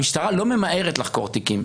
המשטרה לא ממהרת לחקור תיקים.